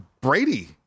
Brady